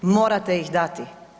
Morate ih dati.